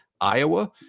Iowa